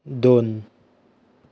दोन